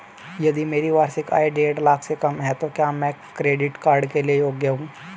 यदि मेरी वार्षिक आय देढ़ लाख से कम है तो क्या मैं क्रेडिट कार्ड के लिए योग्य हूँ?